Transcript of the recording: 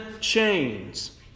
chains